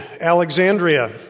Alexandria